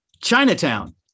Chinatown